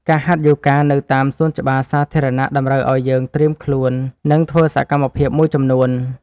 ការហាត់យូហ្គានៅតាមសួនច្បារសាធារណៈ តម្រូវឲ្យយើងត្រៀមខ្លួន និងធ្វើសកម្មភាពមួយចំនួន។